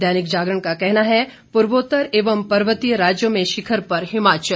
दैनिक जागरण का कहना है पूर्वोत्तर एवं पर्वतीय राज्यों में शिखर पर हिमाचल